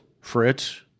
fritz